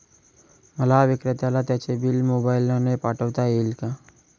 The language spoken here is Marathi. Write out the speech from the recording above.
मला विक्रेत्याला त्याचे बिल मोबाईलने पाठवता येईल का?